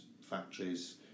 factories